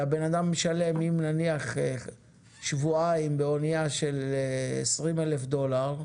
ואם נניח שבועיים באונייה של 20,000 דולר,